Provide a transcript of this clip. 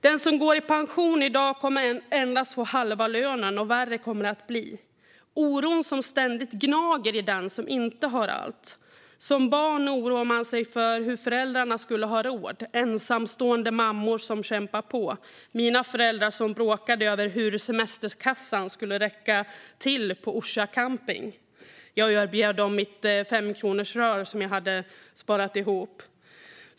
Den som går i pension i dag kommer endast att få halva lönen, och värre kommer det att bli. Oron gnager ständigt i den som inte har allt. Som barn oroade man sig för hur föräldrarna skulle ha råd. Det handlar om ensamstående mammor som kämpar på eller om föräldrar som mina, som bråkade om hur semesterkassan skulle räcka till på Orsa camping. Jag erbjöd dem mitt femkronorsrör, som jag hade sparat ihop.